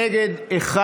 נגד, אחד.